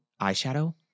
eyeshadow